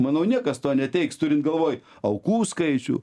manau niekas to neteiks turint galvoj aukų skaičių